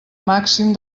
màxim